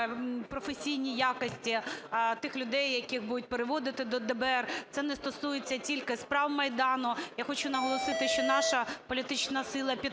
професійні якості тих людей, яких будуть переводити до ДБР, це не стосується тільки справ Майдану. Я хочу наголосити, що наша політична сила підтримує